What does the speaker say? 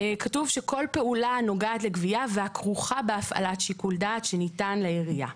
כתוב שכל פעולה הנוגעת לגבייה והכרוכה בהפעלת שיקול דעת שניתן לעירייה.